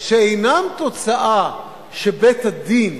שאינם תוצאה מכך שבית-הדין